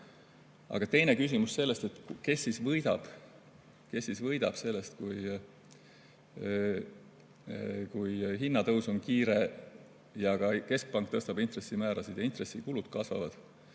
Teine küsimus oli, kes võidab. Kes siis võidab sellest, kui hinnatõus on kiire ja ka keskpank tõstab intressimäärasid ja intressikulud kasvavad?